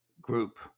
group